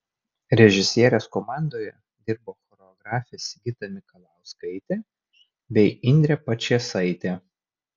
režisierės komandoje dirbo choreografės sigita mikalauskaitė bei indrė pačėsaitė